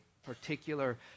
particular